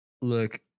Look